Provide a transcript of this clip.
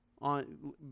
on